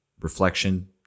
reflection